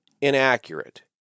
inaccurate